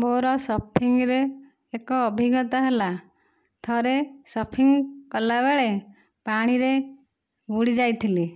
ମୋର ସର୍ଫିଙ୍ଗରେ ଏକ ଅଭିଜ୍ଞତା ହେଲା ଥରେ ସର୍ଫିଙ୍ଗ କଲାବେଳେ ପାଣିରେ ବୁଡ଼ି ଯାଇଥିଲି